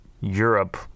europe